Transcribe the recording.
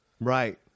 Right